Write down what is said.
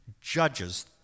judges